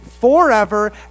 forever